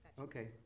okay